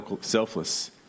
selfless